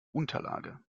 unterlage